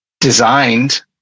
designed